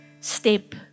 step